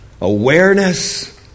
awareness